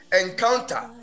encounter